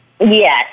Yes